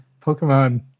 Pokemon